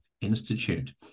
Institute